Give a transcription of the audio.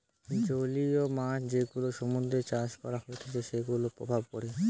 জংলী মাছ যেগুলা সমুদ্রতে চাষ করা হতিছে সেগুলার প্রভাব পড়ে